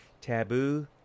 Taboo